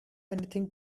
anything